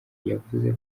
yavuze